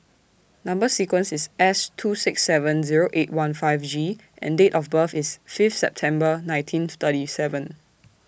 Number sequence IS S two six seven Zero eight one five G and Date of birth IS Fifth December nineteen thirty seven